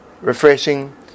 refreshing